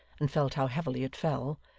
and felt how heavily it fell.